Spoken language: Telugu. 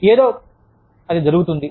ఏదో అది జరుగుతుంది